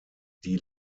die